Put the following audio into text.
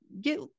get